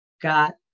got